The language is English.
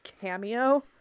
cameo